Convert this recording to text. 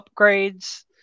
upgrades